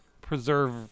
preserve